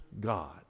God